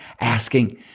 asking